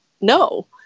no